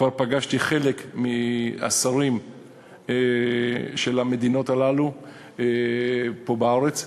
כבר פגשתי חלק מהשרים של המדינות הללו פה בארץ,